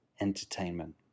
entertainment